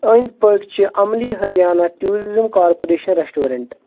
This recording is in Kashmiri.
أنٛدۍ پٔکھۍ چھِ عَملی ہریانہ ٹیٛوٗرِزم کارپوریشن ریسٹورینٛٹ